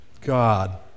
God